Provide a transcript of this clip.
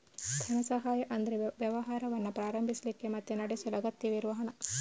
ಧನ ಸಹಾಯ ಅಂದ್ರೆ ವ್ಯವಹಾರವನ್ನ ಪ್ರಾರಂಭಿಸ್ಲಿಕ್ಕೆ ಮತ್ತೆ ನಡೆಸಲು ಅಗತ್ಯವಿರುವ ಹಣ